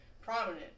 prominent